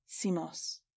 Simos